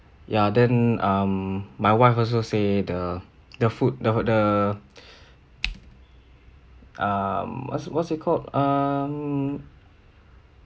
ya then um my wife also say the the food the the um what's what's it called um